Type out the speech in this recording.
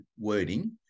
wording